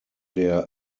der